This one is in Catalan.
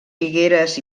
figueres